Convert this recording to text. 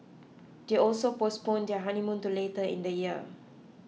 they also postponed their honeymoon to later in the year